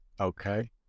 okay